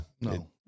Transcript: No